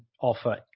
offer